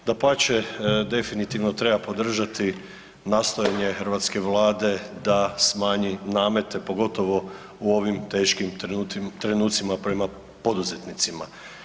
Dapače, definitivno treba podržati nastojanje hrvatske Vlade da smanji namete pogotovo u ovim teškim trenucima prema poduzetnicima.